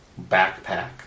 backpack